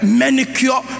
manicure